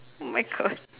!my-God!